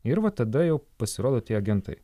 ir va tada jau pasirodo tie agentai